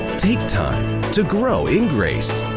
take time to grow in grace,